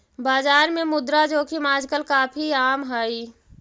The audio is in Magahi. बाजार में मुद्रा जोखिम आजकल काफी आम हई